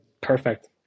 Perfect